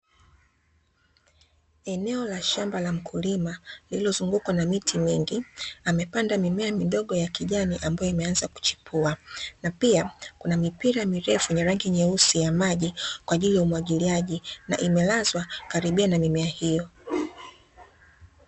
Eneo la shamba la mkulima lililozungukwa na miti mingi, amepanda mimea midogo ya kijani ambayo imeanza kuchipua, na pia kuna mipira mirefu yenye rangi nyeusi ya maji kwa ajili ya umwagiliaji, na imelazwa karibia na mimea hiyo.